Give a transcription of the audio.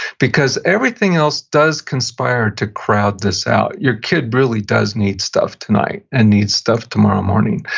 because everything else does conspire to crowd this out. your kid really does need stuff tonight, and needs stuff tomorrow morning,